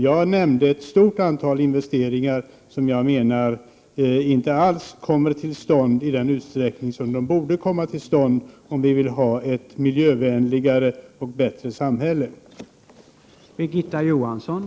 Jag nämnde ett stort antal investeringar som jag menar inte annars kommer till stånd i den utsträckning de borde om vi vill ha ett miljövänligare Prot. 1988/89:126